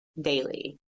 daily